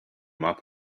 mop